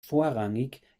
vorrangig